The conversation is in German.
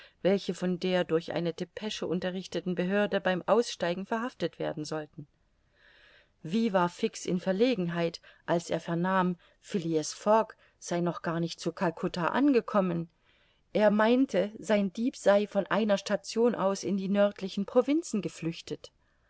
welche von der durch eine depesche unterrichteten behörde beim aussteigen verhaftet werden sollten wie war fix in verlegenheit als er vernahm phileas fogg sei noch gar nicht zu calcutta angekommen er meinte sein dieb sei von einer station aus in die nördlichen provinzen geflüchtet